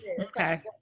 okay